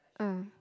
ah